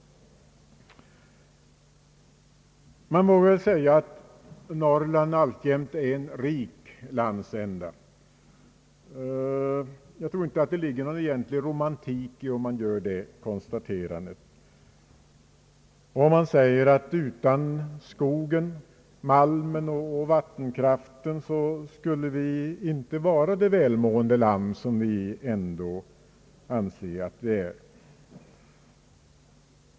Man vågar väl säga att Norrland alltjämt är en rik landsända. Jag tror inte att det ligger någon romantik i det konstaterandet. Utan skogen, malmen och vattenkraften skulle Sverige inte vara det välmående land som vi ändå anser att det är.